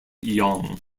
young